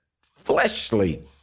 fleshly